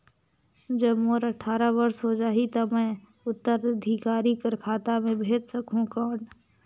जब मोर अट्ठारह वर्ष हो जाहि ता मैं उत्तराधिकारी कर खाता मे भेज सकहुं कौन?